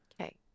Okay